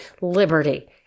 liberty